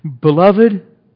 Beloved